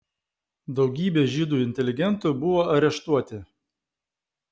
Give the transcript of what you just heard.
daugybė žydų inteligentų buvo areštuoti